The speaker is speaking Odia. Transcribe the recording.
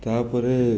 ତା'ପରେ